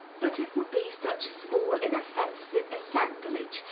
but it will be such a small, inoffensive assemblage,